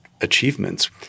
achievements